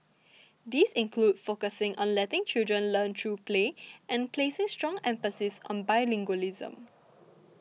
these include focusing on letting children learn through play and placing strong emphasis on bilingualism